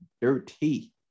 dirty